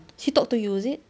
she talked to you is it